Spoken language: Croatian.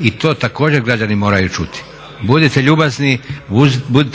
i to također građani moraju čuti. Budite